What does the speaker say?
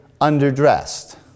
underdressed